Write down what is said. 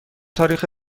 تاریخ